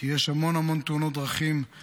כי יש המון המון תאונות דרכים,